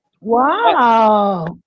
Wow